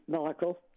Michael